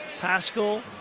Pascal